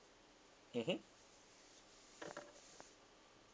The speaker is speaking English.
mmhmm